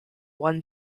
one